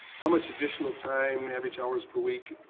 how much additional time, average hours per week,